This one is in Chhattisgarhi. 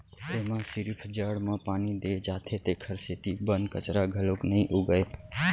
एमा सिरिफ जड़ म पानी दे जाथे तेखर सेती बन कचरा घलोक नइ उगय